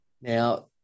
Now